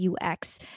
UX